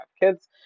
kids